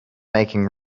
making